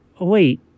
Wait